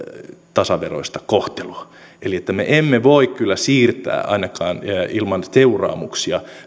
tasaveroista kohtelua eli me emme voi kyllä siirtää ainakaan ilman seuraamuksia